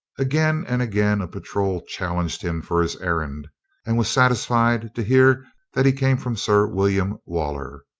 again and again a patrol challenged him for his errand and was satisfied to hear that he came from sir william waller.